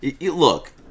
Look